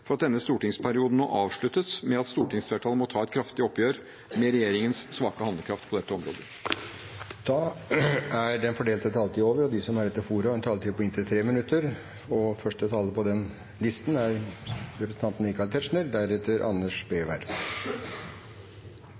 at denne stortingsperioden nå avsluttes med at stortingsflertallet må ta et kraftig oppgjør med regjeringens svake handlekraft på dette området. De talere som heretter får ordet, har en taletid på inntil 3 minutter. Det foregående innlegg fra representanten Gahr Støre gir mye å bearbeide, for å si det sånn, for det var jo egentlig en sammenklipping av temaer som hver for seg er